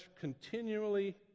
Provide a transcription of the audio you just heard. continually